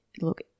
look